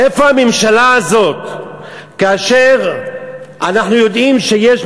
איפה הממשלה הזאת כאשר אנחנו יודעים שיש,